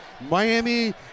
Miami